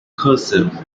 cursive